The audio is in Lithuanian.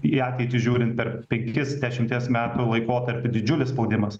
į ateitį žiūrint per penkis dešimties metų laikotarpį didžiulis spaudimas